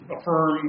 affirm